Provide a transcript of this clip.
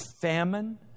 famine